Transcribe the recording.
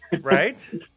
Right